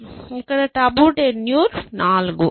ఇక్కడ టబు టెన్యూర్ 4